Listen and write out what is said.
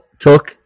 Took